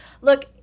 Look